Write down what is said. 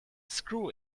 screw